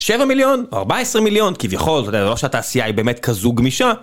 שבע מיליון? ארבע עשרה מיליון? כביכול, אתה יודע זה לא שהתעשייה היא באמת כזו גמישה.